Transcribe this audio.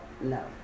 No